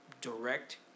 direct